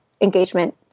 engagement